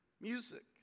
music